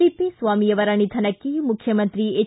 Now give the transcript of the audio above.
ತಿಪೇಸ್ವಾಮಿ ಅವರ ನಿಧನಕ್ಕೆ ಮುಖ್ಯಮಂತ್ರಿ ಎಚ್